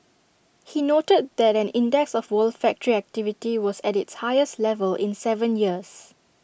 he noted that an index of world factory activity was at its highest level in Seven years